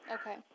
Okay